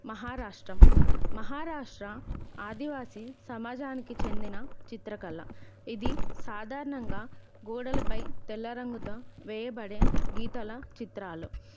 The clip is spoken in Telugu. మహారాష్ట్రం మహారాష్ట్ర ఆదివాసి సమాజానికి చెందిన చిత్రకళ ఇది సాధారణంగా గోడలపై తెల్లరంగుతో వేయబడే గీతల చిత్రాలు